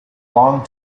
long